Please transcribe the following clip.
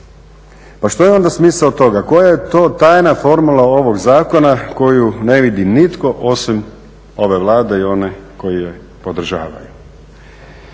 Pa što je onda smisao toga, koja je to tajna formula ovog zakona koju ne vidi nitko osim ove Vlade i one koji je podržavaju.